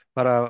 Para